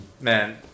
Man